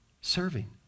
Serving